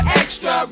extra